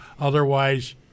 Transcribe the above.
Otherwise